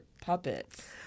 puppets